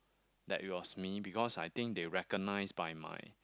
that it was me because I think they recognize by my